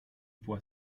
fue